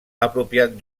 apropiat